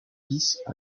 vice